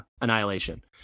annihilation